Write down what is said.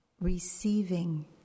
receiving